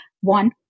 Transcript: one